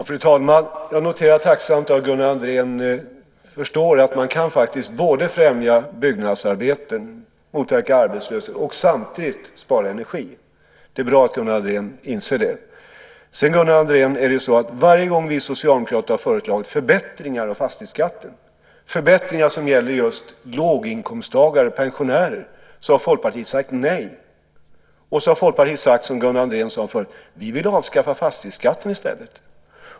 Fru talman! Jag noterar tacksamt att Gunnar Andrén förstår att man faktiskt både kan främja byggnadsarbete, motverka arbetslösheten och samtidigt spara energi. Det är bra att Gunnar Andrén inser det. Sedan, Gunnar Andrén, är det ju så att varje gång vi socialdemokrater har föreslagit förbättringar av fastighetsskatten, förbättringar som gäller just låginkomsttagare och pensionärer, har Folkpartiet sagt nej. Och så har Folkpartiet sagt som Gunnar Andrén gjorde förut: Vi vill avskaffa fastighetsskatten i stället.